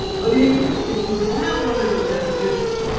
but even if you have one of those individuals,